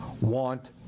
want